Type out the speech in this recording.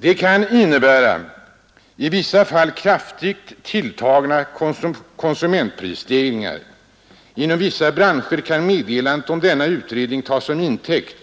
Det kan innebära i en del fall kraftigt tilltagna konsumentprisstegringar. Inom vissa branscher kan man ta meddelandet om denna utredning till intäkt